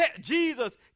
Jesus